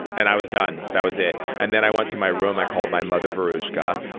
and i was done. that was it. and then, i went to my room. i called my mother veruschka.